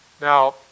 Now